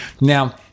Now